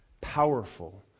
powerful